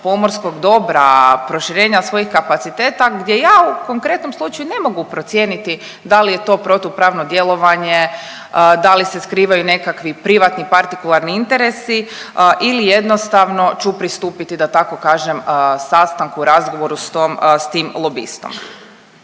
pomorskog dobra, proširenja svojih kapaciteta gdje ja u konkretnom slučaju ne mogu procijeniti da li je to protupravno djelovanje, da li se skrivaju nekakvi privatni partikularni interesi ili jednostavno ću pristupiti, da tako kažem, sastanku, razgovoru s tom, s tim lobistom.